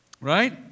right